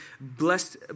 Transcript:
Blessed